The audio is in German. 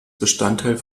bestandteil